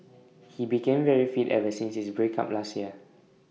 he became very fit ever since his break up last year